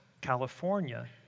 California